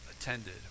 attended